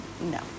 no